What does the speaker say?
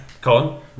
Colin